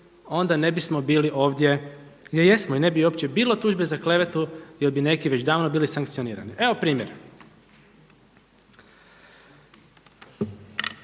onda ne bismo bili ovdje gdje jesmo i ne bi uopće bilo tužbe za klevetu jer bi neki već davno sankcionirani. Evo primjera,